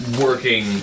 working